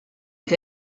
che